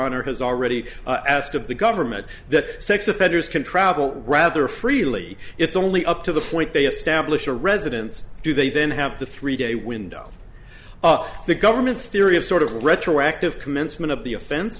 honor has already asked of the government that sex offenders can travel rather freely it's only up to the point they establish a residence do they then have the three day window the government's theory of sort of the retroactive commencement of the offen